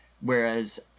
Whereas